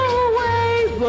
away